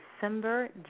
December